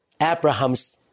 Abraham's